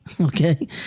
Okay